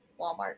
Walmart